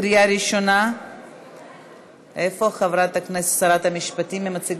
התקבלה בקריאה שנייה וקריאה שלישית ונכנסת